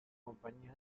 compañía